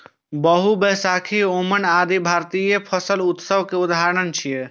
बीहू, बैशाखी, ओणम आदि भारतीय फसल उत्सव के उदाहरण छियै